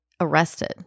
arrested